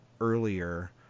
earlier